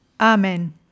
Amen